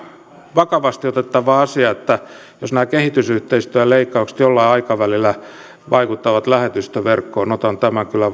vakavasti otettava asia että jos nämä kehitysyhteistyöleikkaukset jollain aikavälillä vaikuttavat lähetystöverkkoon otan tämän kyllä